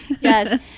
Yes